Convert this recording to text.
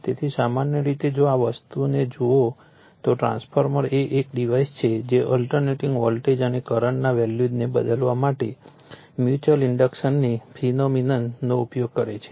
તેથી સામાન્ય રીતે જો આ વસ્તુને જુઓ તો ટ્રાન્સફોર્મર એ એક ડિવાઇસ છે જે ઓલ્ટરનેટીંગ વોલ્ટેજ અને કરંટના વેલ્યૂઝને બદલવા માટે મ્યુચ્યુઅલ ઇન્ડક્શનની ફેનોમિનન નો ઉપયોગ કરે છે